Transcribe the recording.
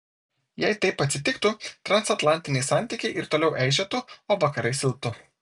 jei taip atsitiktų transatlantiniai santykiai ir toliau eižėtų o vakarai silptų